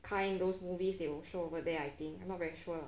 kind those movies they will show over there I think I'm not very sure lah